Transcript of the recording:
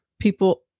people